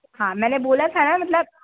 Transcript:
हाँ मैंने बोला था ना मतलब